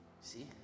See